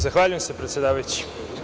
Zahvaljujem se, predsedavajući.